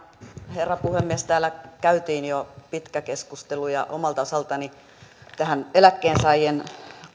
herra puhemies täällä käytiin jo pitkä keskustelu ja omalta osaltani tähän eläkkeensaajien